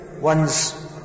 one's